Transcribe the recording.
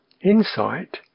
Insight